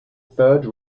third